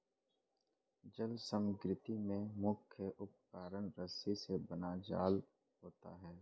जल समग्री में मुख्य उपकरण रस्सी से बना जाल होता है